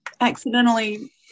accidentally